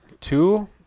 Two